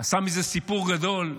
עשה מזה סיפור גדול.